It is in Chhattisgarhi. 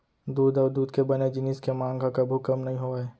दूद अउ दूद के बने जिनिस के मांग ह कभू कम नइ होवय